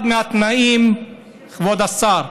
כבוד השר,